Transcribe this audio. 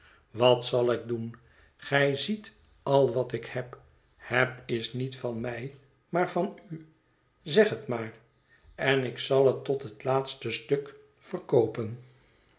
wat zal ik doen gij ziet al wat ik heb het is niet van mij maar van u zeg het maar en ik zal het tot het laatste stuk verkoopen